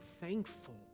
thankful